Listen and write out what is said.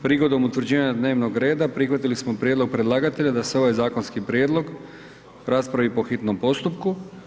Prigodom utvrđivanja dnevnog reda, prihvatili smo prijedlog predlagatelja da se ovaj zakonski prijedlog raspravi po hitnom postupku.